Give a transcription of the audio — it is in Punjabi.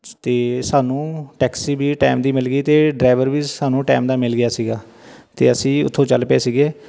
ਅਤੇ ਸਾਨੂੰ ਟੈਕਸੀ ਵੀ ਟਾਈਮ ਦੀ ਮਿਲ ਗਈ ਅਤੇ ਡਰਾਈਵਰ ਵੀ ਸਾਨੂੰ ਟਾਈਮ ਦਾ ਮਿਲ ਗਿਆ ਸੀਗਾ ਅਤੇ ਅਸੀਂ ਉੱਥੋਂ ਚੱਲ ਪਏ ਸੀਗੇ